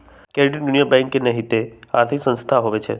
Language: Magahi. क्रेडिट यूनियन बैंक के नाहिते आर्थिक संस्था होइ छइ